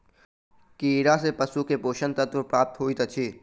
कीड़ा सँ पशु के पोषक तत्व प्राप्त होइत अछि